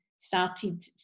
started